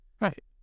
Right